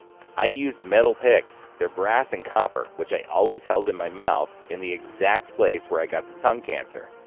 i used metal picks, they're brass and copper, which i always held in my mouth, in the exact place where i got the tongue cancer.